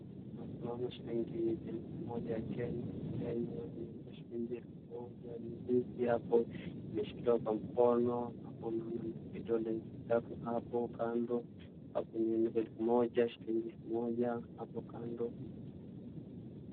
Naona shilingi elfu moja ya Kenya, Kenya, imeandikwa shilingi elfu moja, ni mpya hapo, imeshikiliwa kwa mkono, hapo naona vidonge na msitu hapo kando, apo zimeandikwa elfu moja, shilingi elfu moja hapo kando.